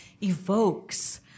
evokes